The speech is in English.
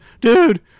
Dude